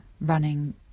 running